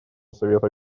совета